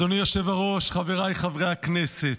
אדוני היושב-ראש, חבריי חברי הכנסת,